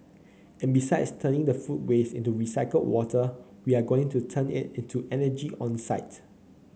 and besides turning the food waste into recycled water we are going to turn it into energy on site